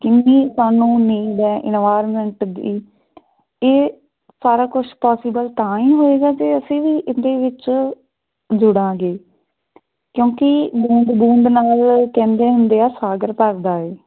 ਕਿੰਨੀ ਸਾਨੂੰ ਨੀਂਡ ਹੈ ਇਨਵਾਰਮੈਂਟ ਦੀ ਇਹ ਸਾਰਾ ਕੁਛ ਪੋਸੀਬਲ ਤਾਂ ਹੀ ਹੋਏਗਾ ਜੇ ਅਸੀਂ ਵੀ ਇਹਦੇ ਵਿੱਚ ਜੁੜਾਂਗੇ ਕਿਉਂਕਿ ਬੂੰਦ ਬੂੰਦ ਨਾਲ ਕਹਿੰਦੇ ਹੁੰਦੇ ਆ ਸਾਗਰ ਭਰਦਾ ਹੈ